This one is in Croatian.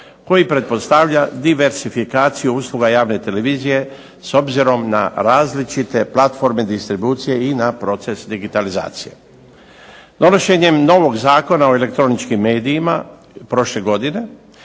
koji pretpostavlja diversifikaciju usluga javne televizije s obzirom na različite platforme distribucije i na proces digitalizacije. Donošenjem novog Zakona o elektroničkim medijima prošle godine